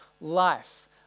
life